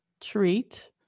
treat